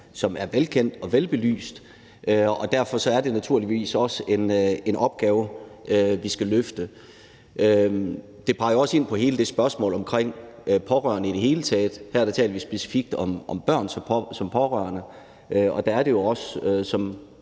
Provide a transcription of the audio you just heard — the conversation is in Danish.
som er velkendt og velbelyst. Derfor er det naturligvis også en opgave, vi skal løfte. Det peger jo også på hele spørgsmålet om pårørende i det hele taget. Her taler vi specifikt om børn som pårørende, og der er det jo også, som